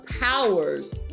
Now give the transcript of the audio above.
powers